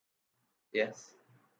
yes